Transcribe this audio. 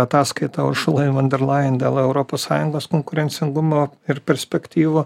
ataskaitą uršulai von derlajen dėl europos sąjungos konkurencingumo ir perspektyvų